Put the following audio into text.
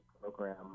Program